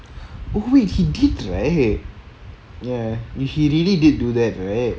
wait he did right ya he he really did do that right